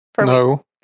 No